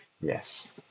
Yes